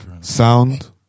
Sound